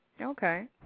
Okay